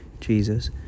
Jesus